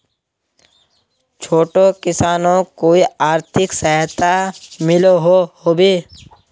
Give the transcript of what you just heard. छोटो किसानोक कोई आर्थिक सहायता मिलोहो होबे?